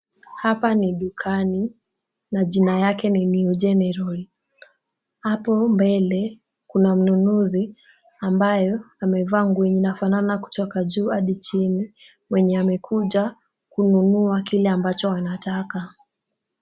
Hapa ni dukani, na jina lake ni New general. Hapo mbele kuna mnunuzi ambaye amevaa nguo inafanana kutoka juu hadi chini mwenye amekuja kununua kile ambacho anataka.